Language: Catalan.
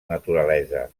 naturalesa